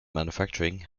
manufacturing